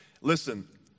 Listen